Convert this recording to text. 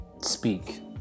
speak